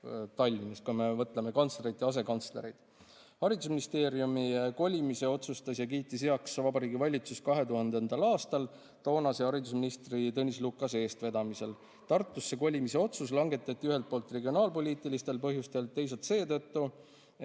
Tallinnas, kui me võtame kantslerid ja asekantslerid. Haridusministeeriumi kolimise otsustas ja kiitis heaks Vabariigi Valitsus 2000. aastal toonase haridusministri Tõnis Lukase eestvedamisel. Tartusse kolimise otsus langetati ühelt poolt regionaalpoliitilistel põhjustel, teisalt seetõttu,